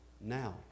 now